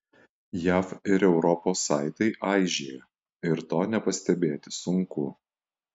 jav ir europos saitai aižėja ir to nepastebėti sunku